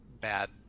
bad